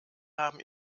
haben